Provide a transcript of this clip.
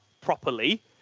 properly